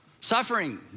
suffering